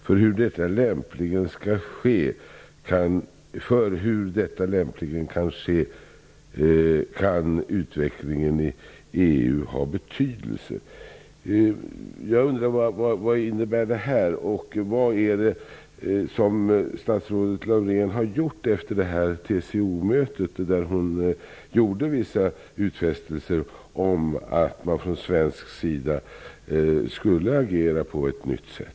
För hur detta lämpligen kan ske kan utvecklingen i EU ha betydelse.'' Jag undrar: Vad innebär det? Vad har statsrådet Laurén gjort efter TCO-mötet, där hon gjorde vissa utfästelser om att man från svensk sida skulle agera på ett nytt sätt?